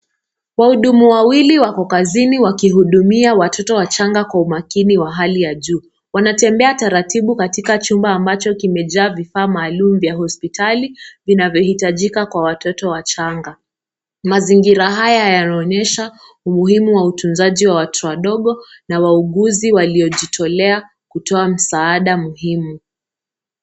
Wahudumu wawili wako kazini wakihudumia watoto wachanga kwa umakini wa hali ya juu. Wanatembea taratibu katika chumba ambacho kimejaa vifaa maalum vya hospitali, vinavyohitajika kwa watoto wachanga. Mazingira haya yanaonyesha umuhimu wa utunzaji wa watoto watoto wadogo na wauguzi waliojitolea kutoa msaada muhimu.